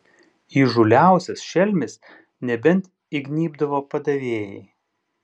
įžūliausias šelmis nebent įgnybdavo padavėjai